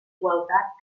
igualtat